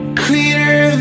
clearer